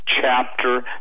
chapter